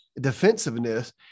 defensiveness